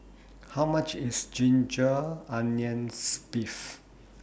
How much IS Ginger Onions Beef